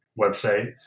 website